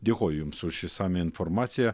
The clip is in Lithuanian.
dėkoju jums už išsamią informaciją